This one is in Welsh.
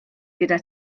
gyda